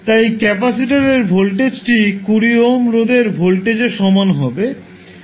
তাই ক্যাপাসিটরের ভোল্টেজটি 20 ওহম রোধের ভোল্টেজের সমান হবে